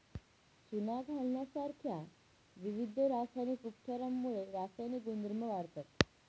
चुना घालण्यासारख्या विविध रासायनिक उपचारांमुळे रासायनिक गुणधर्म वाढतात